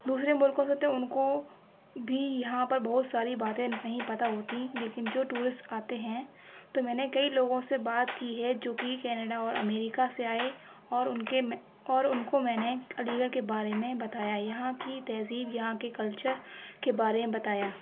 دوسرے مُلکوں سے تو اُن کو بھی یہاں پر بہت ساری باتیں نہیں پتا ہوتیں لیکن جو ٹورسٹ آتے ہیں تو میں نے کئی لوگوں سے بات کی ہے جو کہ کینیڈا اور امیرکہ سے آئے اور اُن کے اُن کو میں نے علی گڑھ کے بارے میں بتایا یہاں کی تہذیب یہاں کے کلچر کے بارے میں بتایا